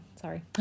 sorry